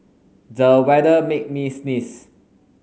the weather made me sneeze